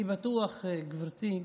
אני בטוח, גברתי,